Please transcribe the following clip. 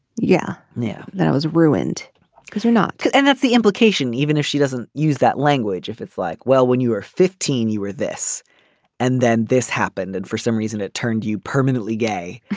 yeah. now that i was ruined because you're not good and that's the implication even if she doesn't use that language if it's like well when you are fifteen you were this and then this happened and for some reason it turned you permanently gay.